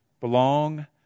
Belong